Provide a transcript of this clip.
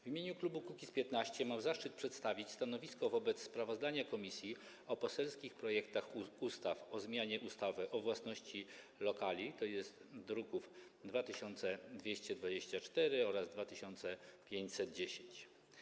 W imieniu klubu Kukiz’15 mam zaszczyt przedstawić stanowisko wobec sprawozdania komisji o poselskich projektach ustaw o zmianie ustawy o własności lokali, druki nr 2224 oraz 2510.